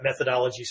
methodologies